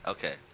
Okay